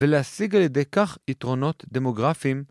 ‫ולהשיג על ידי כך יתרונות דמוגרפיים.